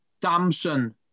damson